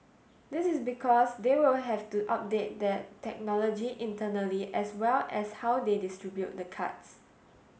this is because they will have to update their technology internally as well as how they distribute the cards